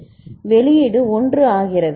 எனவே வெளியீடு 1 ஆகிறது